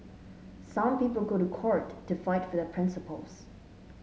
some people go to court to fight for their principles